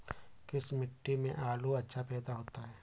किस मिट्टी में आलू अच्छा पैदा होता है?